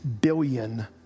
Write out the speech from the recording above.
billion